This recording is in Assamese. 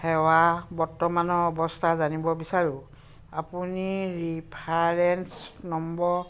সেৱা বৰ্তমানৰ অৱস্থা জানিব বিচাৰো আপুনি ৰেফাৰেন্স নম্বৰ